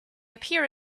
appear